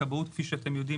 הכבאות כפי שאתם יודעים,